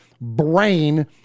brain